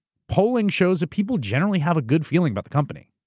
polling shows that people generally have a good feeling about the company,